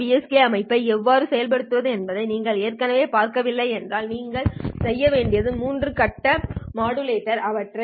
K அமைப்பை எவ்வாறு செயல்படுத்துவது என்பதை நீங்கள் ஏற்கனவே பார்க்கவில்லை என்றால் நீங்கள் செய்ய வேண்டியது மூன்று கட்ட மாடுலேட்டர்கள் அவற்றை பி